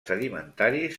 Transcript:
sedimentaris